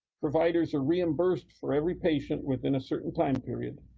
providers are reimbursed for every patient within a certain time period,